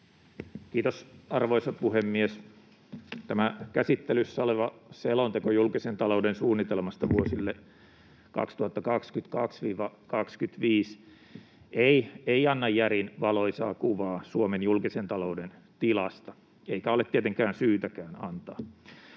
Kiitos, arvoisa puhemies! Tämä käsittelyssä oleva selonteko julkisen talouden suunnitelmasta vuosille 2022—25 ei anna järin valoisaa kuvaa Suomen julkisen talouden tilasta, eikä ole tietenkään syytäkään antaa.